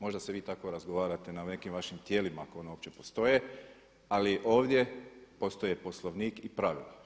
Možda se vi tako razgovarate na nekim vašim tijelima ako ona uopće postoje, ali ovdje postoje Poslovnik i pravilo.